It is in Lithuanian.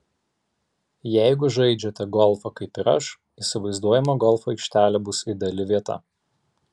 jeigu žaidžiate golfą kaip ir aš įsivaizduojama golfo aikštelė bus ideali vieta